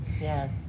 Yes